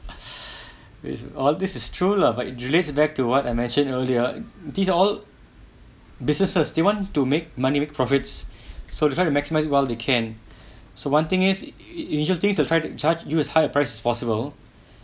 with all this is true lah but it relates back to what I mentioned earlier these all businesses they want to make money make profits so they try to maximise while they can so one thing is you you just think they try to charge you as high the price as possible